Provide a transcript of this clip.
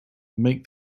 make